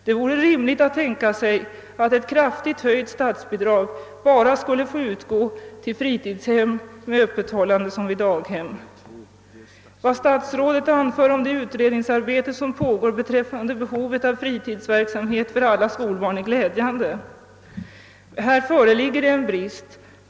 Det vore rimligt att tänka sig att ett kraftigt höjt statsbidrag bara skulle utgå till fritidshem med samma öppethållandetider som vid daghem. Vad statsrådet anfört om det utredningsarbete som pågår beträffande be hovet av fritidsverksamhet för alla skolbarn är glädjande. Här föreligger en brist.